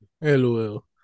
lol